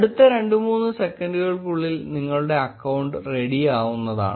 അടുത്ത രണ്ടുമൂന്നു സെക്കൻഡുകൾക്കുള്ളിൽ നിങ്ങളുടെ അക്കൌണ്ട് റെഡി ആവുന്നതാണ്